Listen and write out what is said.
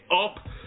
up